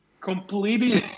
completely